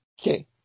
Okay